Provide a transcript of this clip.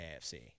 AFC